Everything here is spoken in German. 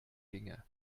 ginge